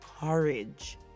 courage